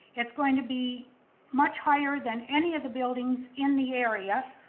it's going to be much higher than any of the buildings in the area.